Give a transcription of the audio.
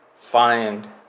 find